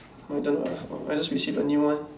I don't know ah I just receive a new one